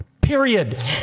period